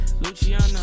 luciano